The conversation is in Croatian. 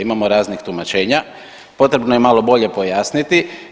Imamo raznih tumačenja, potrebno je malo bolje pojasniti.